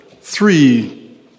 three